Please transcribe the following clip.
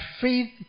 faith